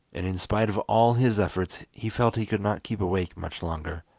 and in spite of all his efforts he felt he could not keep awake much longer,